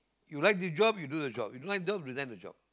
you like the job you do the job you don't wanna do resign the job